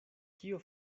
kio